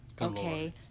Okay